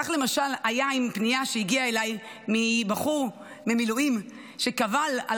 כך למשל היה עם פנייה שהגיעה אליי מבחור במילואים שקבל על